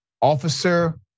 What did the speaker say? Officer